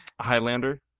Highlander